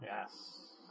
Yes